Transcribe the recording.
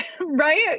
right